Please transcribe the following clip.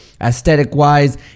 aesthetic-wise